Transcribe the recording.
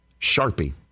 Sharpie